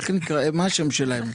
מה השם שלהם?